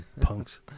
Punks